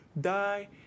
die